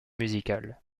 musicale